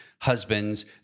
husbands